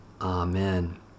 Amen